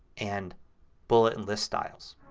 and bullets and lists styles.